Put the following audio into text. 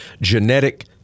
genetic